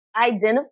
identify